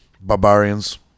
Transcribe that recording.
Barbarians